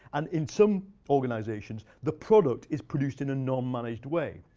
and in some organizations, the product is produced in a non-managed way.